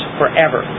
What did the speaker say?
forever